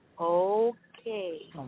Okay